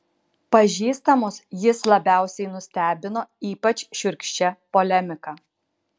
pažįstamus jis labiausiai nustebino ypač šiurkščia polemika